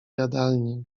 jadalni